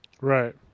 right